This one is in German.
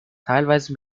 teilweise